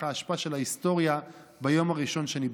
האשפה של ההיסטוריה ביום הראשון שניבחר.